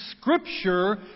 Scripture